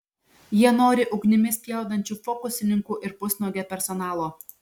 jie nori ugnimi spjaudančių fokusininkų ir pusnuogio personalo